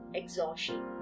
exhaustion